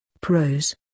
Pros